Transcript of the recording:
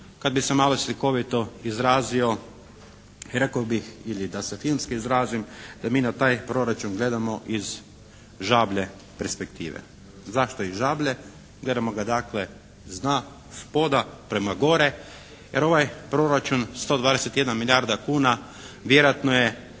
Kad bi se malo slikovito izrazio rekao bih, ili da se filmski izrazim da mi na taj proračun gledamo iz žablje perspektive. Zašto iz žablje? Gledamo ga dakle s dna, s poda prema gore jer ovaj proračun 121 milijarda kuna vjerojatno je